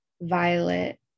violet